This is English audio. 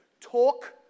Talk